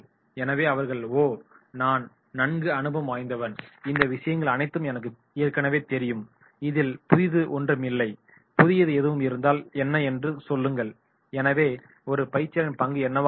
எனவே அவர்கள் "ஓ நான் நண்கு அனுபவம் வாய்ந்தவன் இந்த விஷயங்கள் அனைத்தும் எனக்குத் ஏற்கனவே தெரியும் இதில் புதியது ஒன்றுமில்லை புதியது எதுவும் இருந்தால் என்ன என்று சொல்லுங்கள்" எனவே ஒரு பயிற்சியாளரின் பங்கு என்னவாக இருக்கும்